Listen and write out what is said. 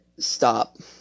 stop